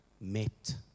met